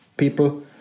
people